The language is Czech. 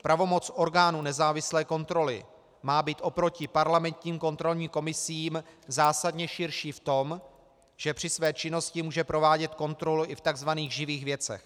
Pravomoc orgánu nezávislé kontroly má být oproti parlamentním kontrolním komisím zásadně širší v tom, že při své činnosti může provádět kontrolu i v tzv. živých věcech.